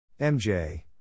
MJ